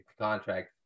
contract